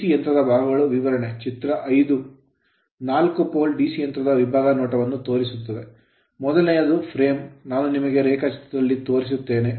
DC ಯಂತ್ರದ ಭಾಗಗಳ ವಿವರಣೆ ಚಿತ್ರ 5 ನಾಲ್ಕು pole ಪೋಲ್ DC ಯಂತ್ರದ ವಿಭಾಗ ನೋಟವನ್ನು ತೋರಿಸುತ್ತದೆ ಮೊದಲನೆಯದು frame ಫ್ರೇಮ್ ನಾನು ನಿಮಗೆ ರೇಖಾಚಿತ್ರದಲ್ಲಿ ತೋರಿಸುತ್ತೇನೆ